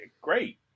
Great